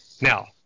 Now